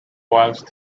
whilst